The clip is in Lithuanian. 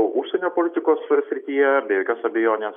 užsienio politikos srityje be jokios abejonės